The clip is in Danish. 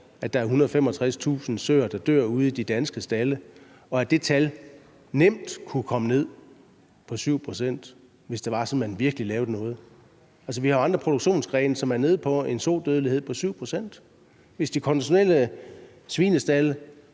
at der er 165.000 søer, der dør ude i de danske stalde, og at det tal nemt kunne komme ned på 7 pct., hvis det var sådan, at man virkelig gjorde noget. Altså, vi har jo andre produktionsgrene, som er nede på en sodødelighed på 7 pct. Hvis de konventionelle svinestalde